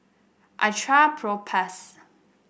I trust Propass